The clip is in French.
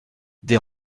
des